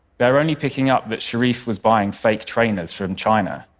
they were only picking up that cherif was buying fake trainers from china,